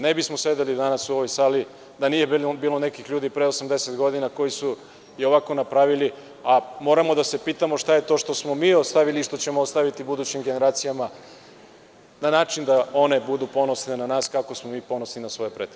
Ne bismo sedeli danas u ovoj sali da nije bilo nekih ljudi pre 80 godina koji su i ovako napravili, a moramo da se pitamo šta je to što smo mi ostavili i što ćemo ostaviti budućim generacijama, na način da one budu ponosne na nas kao što smo i mi ponosni na svoje pretke.